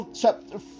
chapter